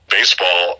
baseball